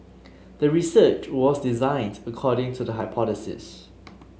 the research was designed according to the hypothesis